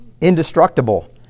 indestructible